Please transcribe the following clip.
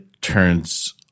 turns